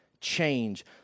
change